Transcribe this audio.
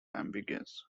ambiguous